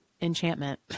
enchantment